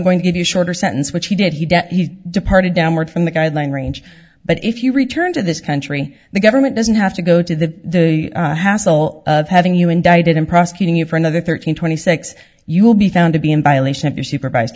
going to give you a shorter sentence which he did you that he departed downward from the guideline range but if you return to this country the government doesn't have to go to the hassle of having you indicted and prosecuting you for another thirteen twenty six you will be found to be in violation of your supervised